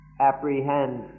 apprehend